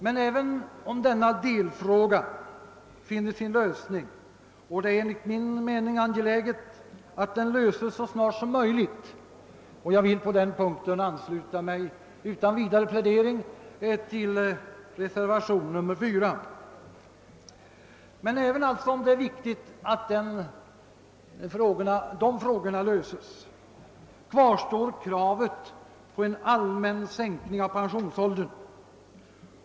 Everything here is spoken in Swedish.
Men även om denna delfråga finner sin lösning — och det är enligt min mening angeläget att den löses så snart som möjligt, varför jag på den punkten utan vidare plädering ansluter mig till yrkandet om bifall till reservationen 4 — kvarstår kravet på en allmän sänkning av pensionsåldern.